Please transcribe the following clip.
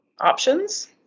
options